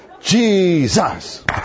Jesus